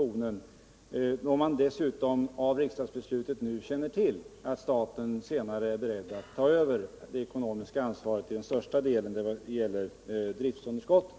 Man känner ju dessutom genom riksdagsbeslutet till att staten senare är beredd att ta över det ekonomiska ansvaret till största delen då det gäller driftsunderskottet.